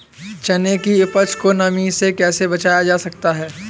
चने की उपज को नमी से कैसे बचाया जा सकता है?